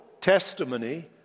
Testimony